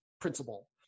principle